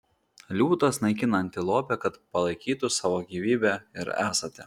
liūtas naikina antilopę kad palaikytų savo gyvybę ir esatį